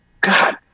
God